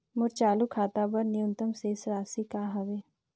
मोर चालू खाता बर न्यूनतम शेष राशि का हवे?